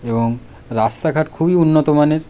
এবং রাস্তাঘাট খুবই উন্নতমানের